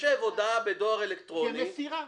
תיחשב הודעה בדואר אלקטרוני כמסירה.